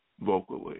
vocally